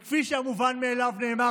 כפי שהמובן מאליו נאמר,